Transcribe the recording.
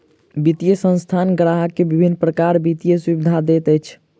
वित्तीय संस्थान ग्राहक के विभिन्न प्रकारक वित्तीय सुविधा दैत अछि